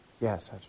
Yes